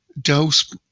dose